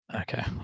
Okay